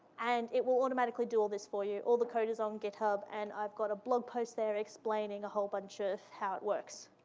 and it will automatically do all this for you. all the code is on github, and i've got a blog post there explaining a whole bunch of how it works.